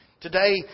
Today